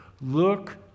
Look